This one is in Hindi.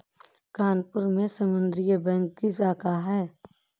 नागपुर में सामुदायिक बैंक की शाखा कहाँ है?